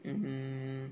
mm